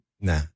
Nah